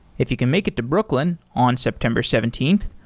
if you can make it to brooklyn on september seventeenth,